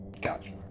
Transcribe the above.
Gotcha